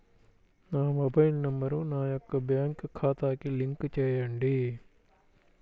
నా mobile number నా యొక్క బ్యాంక్ ఖాతాకి లింక్ చేయండీ?